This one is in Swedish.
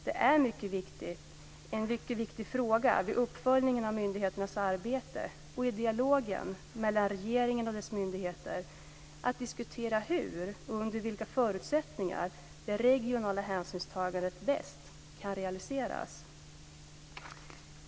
Det är en mycket viktig fråga vid uppföljningen av myndigheternas arbete och i dialogen mellan regeringen och dess myndigheter att diskutera hur och under vilka förutsättningar det regionala hänsynstagandet bäst kan realiseras.